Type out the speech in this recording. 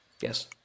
Yes